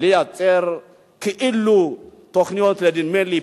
לייצר כאילו תוכניות ל"נדמה לי",